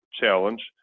challenge